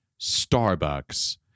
Starbucks